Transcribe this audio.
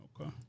Okay